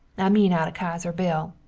i mean out of kaiser bill.